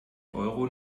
euro